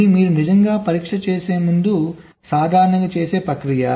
ఇది మీరు నిజంగా పరీక్ష చేసే ముందు సాధారణంగా చేసే ప్రక్రియ